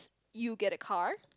you get a car